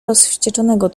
rozwścieczonego